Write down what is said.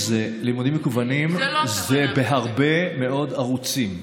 לימודים מקוונים זה בהרבה מאוד ערוצים.